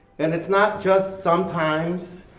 and it's not just sometimes,